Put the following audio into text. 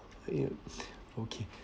yup okay